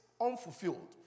unfulfilled